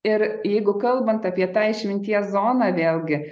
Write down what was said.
ir jeigu kalbant apie tą išminties zoną vėlgi